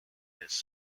his